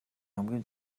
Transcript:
хамгийн